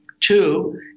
Two